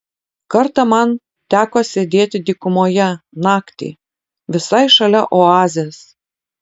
kartą man teko sėdėti dykumoje naktį visai šalia oazės